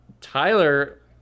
Tyler